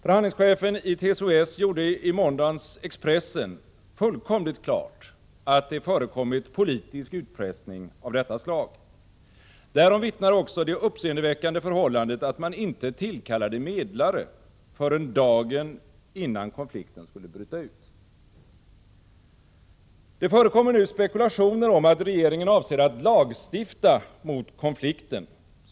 Förhandlingschefen i TCO-S gjorde i måndagens Expressen fullkomligt klart att det förekommit politisk utpressning av detta slag. Därom vittnar också det uppseendeväckande förhållandet att man inte tillkallade medlare förrän dagen innan konflikten skulle bryta ut. Det förekommer nu spekulationer om att regeringen avser att lagstifta mot konflikten.